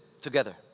together